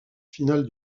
finale